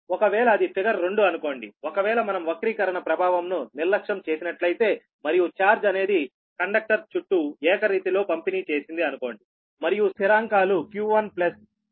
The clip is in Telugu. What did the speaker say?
ఒకవేళ అది ఫిగర్ రెండు అనుకోండి ఒకవేళ మనం వక్రీకరణ ప్రభావం ను నిర్లక్ష్యం చేసినట్లయితే మరియు ఛార్జ్ అనేది కండక్టర్ చుట్టూ ఏకరీతి లో పంపిణీ చేసింది అనుకోండి మరియు స్థిరాంకాలు q1 q2